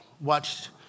watched